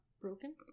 broken